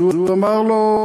אז הוא אמר לו: